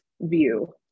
view